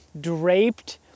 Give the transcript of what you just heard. draped